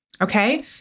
Okay